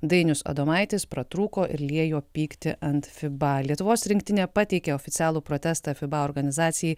dainius adomaitis pratrūko ir liejo pyktį ant fiba lietuvos rinktinė pateikė oficialų protestą fiba organizacijai